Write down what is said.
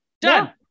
done